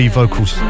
vocals